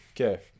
Okay